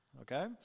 Okay